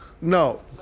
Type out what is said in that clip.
No